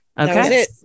Okay